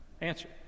Answer